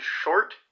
short